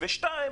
בנוסף,